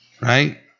right